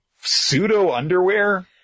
pseudo-underwear